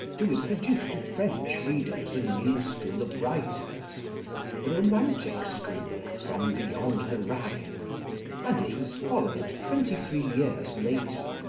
to introduce to french readers a new school of writers the romantic school, from beyond the rhine and it was followed, twenty-three years later,